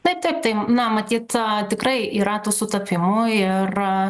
na taip tai na matyt tikrai yra tų sutapimų ir